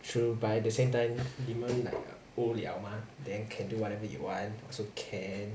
true but at the same time the maroon like old liao mah then can do whatever you want also can